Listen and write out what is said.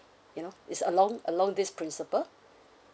you know it's along along this principle